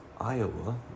Iowa